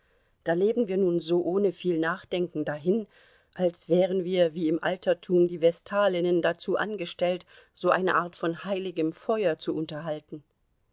da leben wir nun so ohne viel nachdenken dahin als wären wir wie im altertum die vestalinnen dazu angestellt so eine art von heiligem feuer zu unterhalten